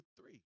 three